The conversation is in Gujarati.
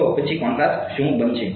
તો પછી કોન્ટ્રાસ્ટ શું બનશે